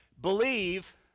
believe